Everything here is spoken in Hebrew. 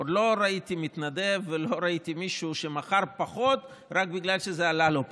עוד לא ראיתי מתנדב ולא ראיתי מישהו שמכר פחות רק בגלל שזה עלה לו פחות.